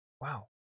wow